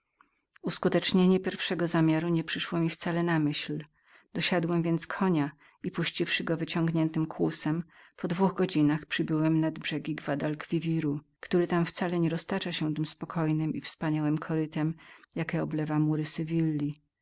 uskutecznienie pierwszego zamiaru nie przyszło mi wcale na myśl dosiadłem więc konia i puściwszy go wyciągniętym kłusem po dwóch godzinach przybyłem nad brzegi guad al quiwiru który tam wcale nie roztacza się tem spokojnem i wspaniałem korytem jakiem oblewa mury